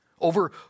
over